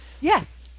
Yes